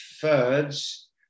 thirds